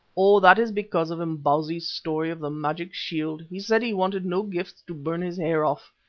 oh! that is because of imbozwi's story of the magic shield. he said he wanted no gifts to burn his hair off.